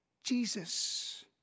Jesus